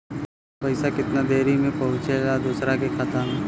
पैसा कितना देरी मे पहुंचयला दोसरा के खाता मे?